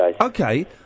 Okay